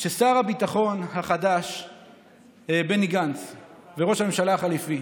ששר הביטחון החדש וראש הממשלה החליפי